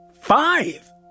Five